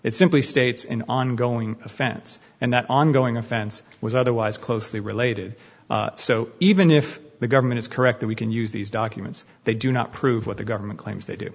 it simply states an ongoing offense and that ongoing offense was otherwise closely related so even if the government is correct that we can use these documents they do not prove what the government claims they do